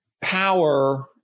power